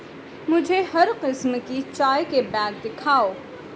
مجھے ہر قسم کی چائے کے بیگ دکھاؤ